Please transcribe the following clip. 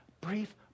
brief